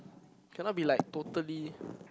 cannot be like totally